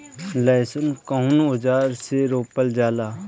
लहसुन कउन औजार से रोपल जाला?